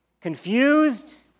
confused